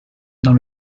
dans